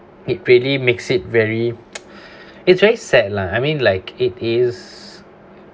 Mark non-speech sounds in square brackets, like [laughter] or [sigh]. it really makes it very [noise] [breath] it's very sad lah I mean like it is